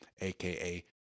aka